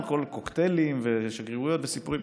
הכול קוקטיילים ושגרירויות וסיפורים,